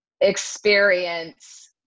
experience